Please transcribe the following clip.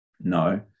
No